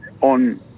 on